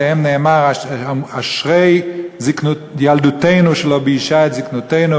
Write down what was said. עליהם נאמר: אשרי ילדותנו שלא ביישה את זיקנותנו,